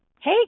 Hey